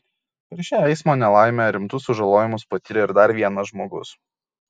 per šią eismo nelaimę rimtus sužalojimus patyrė ir dar vienas žmogus